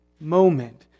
moment